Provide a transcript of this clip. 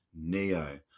Neo